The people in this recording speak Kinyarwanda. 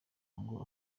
ngo